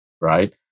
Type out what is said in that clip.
Right